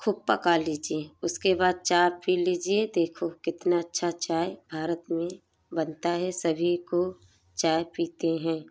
खूब पका लीजिए उसके बाद चाय फिर लीजिए देखो कितना अच्छा चाय भारत में बनता है सभी को चाय पीते हैं